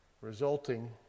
resulting